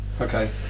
Okay